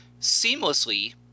seamlessly